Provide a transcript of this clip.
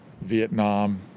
Vietnam